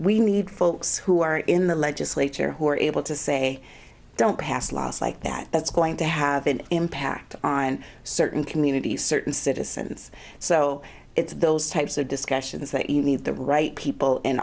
we need folks who are in the legislature who are able to say don't pass laws like that that's going to have an impact on certain communities certain citizens so it's those types of discussions that you need the right people in